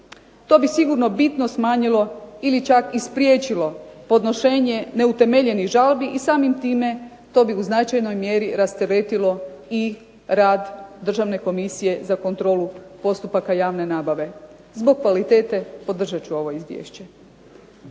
To bi sigurno bitno smanjilo ili čak i spriječilo podnošenje neutemeljenih žalbi i samim time to bi u značajnoj mjeri rasteretilo i rad Državne komisije za kontrolu postupaka javne nabave. Zbog kvalitete podržat ću ovo izvješće.